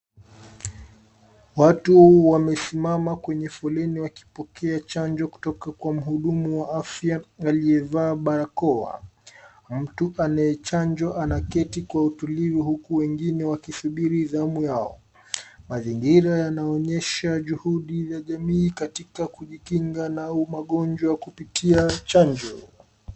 Watu wamesimama kwenye foleni wakipokea chanjo kutoka kwa mhudumu wa afya aliyevaa barakoa. Mtu anayechanjwa anaketi kwa utulivu huku wengine wakisubiri zamu yao. Mazingira yanayoonyesha juhudi za jamii katika kujikinga na magonjwa kupitia chanjo.